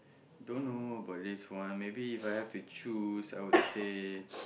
don't know about this one maybe If I have to choose I would say